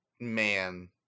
man